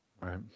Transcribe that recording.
right